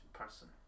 person